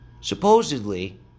Supposedly